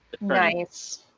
Nice